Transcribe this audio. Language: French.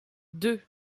deux